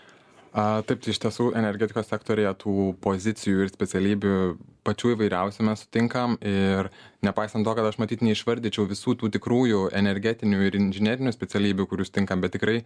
taip iš tiesų energetikos sektoriuje tų pozicijų ir specialybių pačių įvairiausių mes sutinkame ir nepaisant to kad aš matyt neišvardyčiau visų tų tikrųjų energetinių ir inžinerinių specialybių kuris tinka bet tikrai